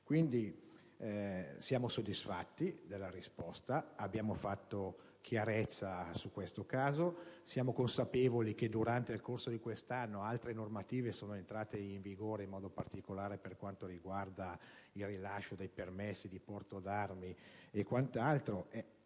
quindi soddisfatti della risposta, che fa chiarezza al riguardo. Siamo consapevoli che, durante il corso di quest'anno, altre normative sono entrate in vigore, in modo particolare per quanto riguarda il rilascio dei permessi di porto d'armi e quant'altro.